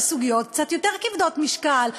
על סוגיות קצת יותר כבדות משקל.